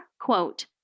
quote